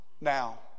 Now